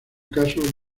caso